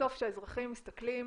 בסוף שהאזרחים מסתכלים